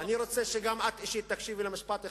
אני רוצה שגם את אישית תקשיבי למשפט אחד,